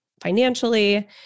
financially